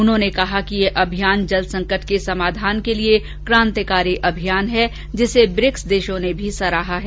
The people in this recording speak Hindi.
उन्होंने कहा कि यह अभियान जल संकट के समाधान के लिए क्रांतिकारी अभियान है जिसे ब्रिक्स देशों ने भी सराहा है